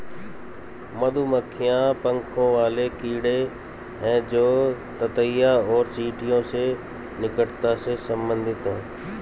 मधुमक्खियां पंखों वाले कीड़े हैं जो ततैया और चींटियों से निकटता से संबंधित हैं